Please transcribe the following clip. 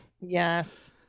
Yes